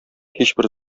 һичбер